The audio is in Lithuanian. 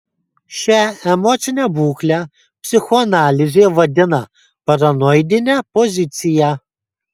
šią emocinę būklę psichoanalizė vadina paranoidine pozicija